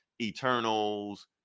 Eternals